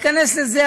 תיכנס לזה,